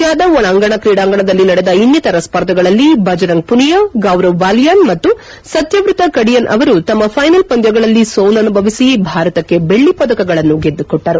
ಜಾದವ್ ಒಳಾಂಗಣ ಕ್ರೀಡಾಂಗಣದಲ್ಲಿ ನಡೆದ ಇನ್ನಿತರ ಸ್ಪರ್ಧೆಗಳಲ್ಲಿ ಬಜರಂಗ್ ಮನಿಯಾ ಗೌರವ್ ಬಾಲಿಯನ್ ಕಡಿಯನ್ ಅವರು ತಮ್ಮ ಫೈನಲ್ ಪಂದ್ಯಗಳಲ್ಲಿ ಸೋಲನುಭವಿಸಿ ಭಾರತಕ್ಕೆ ಬೆಳ್ಳಿ ಪದಕಗಳನ್ನು ಮತ್ತು ಸತ್ತವ್ಬತ ಗೆದ್ದುಕೊಟ್ಟರು